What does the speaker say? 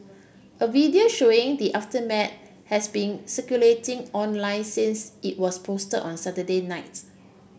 a video showing the aftermath has been circulating online since it was posted on Saturday nights